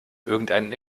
irgendeinen